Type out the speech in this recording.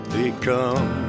become